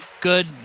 good